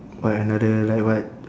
what another like what